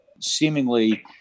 seemingly